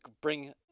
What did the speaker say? bring